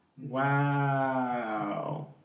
Wow